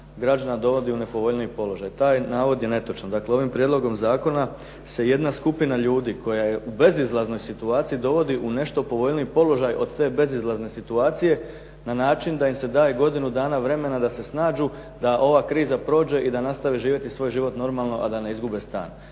građana dovodi u nepovoljniji položaj. Taj navod je netočan. Dakle, ovim prijedlogom zakona se jedna skupina ljudi koja je u bezizlaznoj situaciji dovodi u nešto povoljniji položaj od te bezizlazne situacije na način da im se daje godinu dana vremena da se snađu, da ova kriza prođe i da nastave živjeti svoj život normalno a da ne izgube stan.